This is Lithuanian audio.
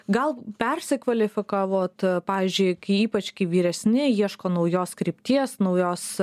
gal persikvalifikavot pavyzdžiui kai ypač kai vyresni ieško naujos krypties naujos